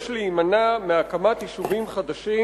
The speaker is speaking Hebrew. יש להימנע מהקמת יישובים חדשים,